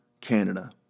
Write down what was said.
Canada